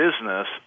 business